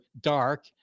dark